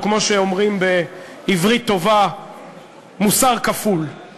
או כמו שאומרים בעברית טובה "מוסר כפול";